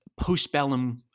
postbellum